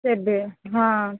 तेथे हां